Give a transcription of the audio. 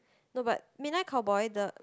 no but midnight cowboy the